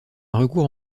recours